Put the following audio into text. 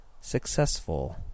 successful